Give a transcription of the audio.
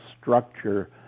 structure